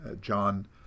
John